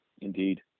Indeed